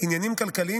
עניינים כלכליים,